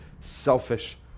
selfish